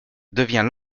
devient